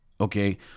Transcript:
Okay